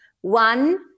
One